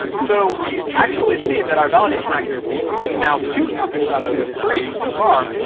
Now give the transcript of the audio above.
so we actually see that our validation accuracy, in now two epochs out of three so far,